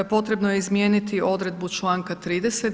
Potrebno je izmijeniti odredbu članka 30.